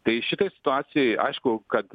tai šitoj situacijoj aišku kad